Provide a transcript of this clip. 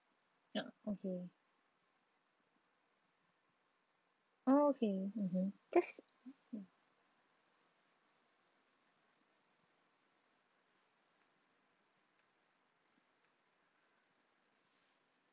yup okay oh okay mmhmm just